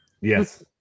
Yes